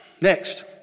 Next